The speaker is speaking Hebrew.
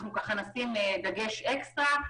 אנחנו נשים דגש אקסטרה.